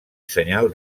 senyal